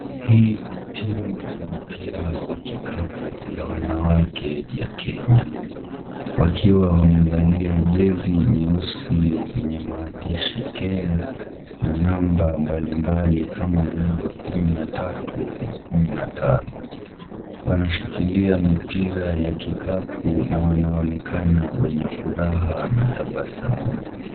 Hii timu ya mpira wa kikapu ya wanawake ya Kenya, wakiwa wamevalia jezi nyeusi zenye maandishi Kenya na namba mbalimbali kama vile kumi na tatu na kumi na tano, wanashikilia mipira ya kikapu na wanaonekana wenye furaha na tabasamu.